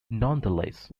nonetheless